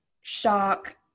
shock